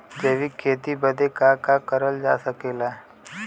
जैविक खेती बदे का का करल जा सकेला?